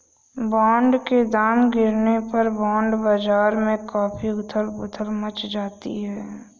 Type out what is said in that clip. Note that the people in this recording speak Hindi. बॉन्ड के दाम गिरने पर बॉन्ड बाजार में काफी उथल पुथल मच जाती है